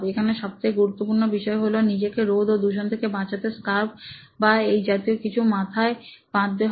এখানে সবথেকে গুরুত্বপূর্ণ বিষয় হলো নিজেকে রোদ ও দূষণ থেকে বাঁচাতে স্কার্ফ বা এই জাতীয় কিছু মাথায় বাঁধতে হয়